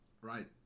right